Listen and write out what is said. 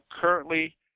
currently